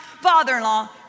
father-in-law